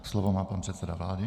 Slovo má pan předseda vlády.